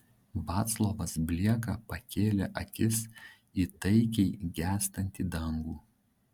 vaclovas blieka pakėlė akis į taikiai gęstantį dangų